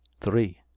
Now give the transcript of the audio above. three